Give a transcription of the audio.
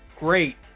Great